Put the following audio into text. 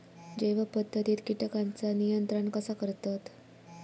जैव पध्दतीत किटकांचा नियंत्रण कसा करतत?